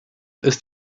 ist